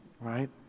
Right